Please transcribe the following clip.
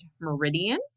meridian